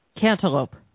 Cantaloupe